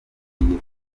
kujya